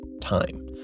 time